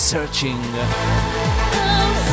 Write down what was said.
Searching